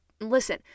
listen